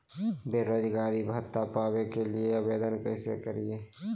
बेरोजगारी भत्ता पावे के लिए आवेदन कैसे करियय?